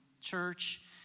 church